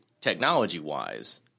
technology-wise